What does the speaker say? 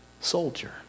Soldier